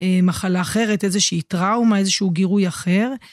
מחלה אחרת, איזושהי טראומה, איזשהו גירוי אחר.